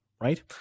right